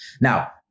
Now